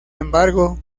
embargo